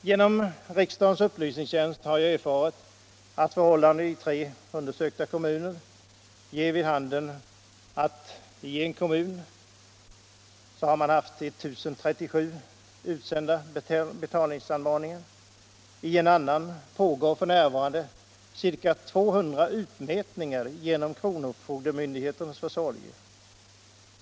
Genom riksdagens upplysningstjänst har jag fått uppgift om förhållanden i tre undersökta kommuner. En kommun hade utsänt 1 037 betalningsanmaningar. I en annan pågår för närvarande ca 200 utmätningar genom kronofogdemyndighetens försorg.